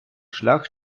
шлях